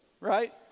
right